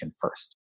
first